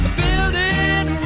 building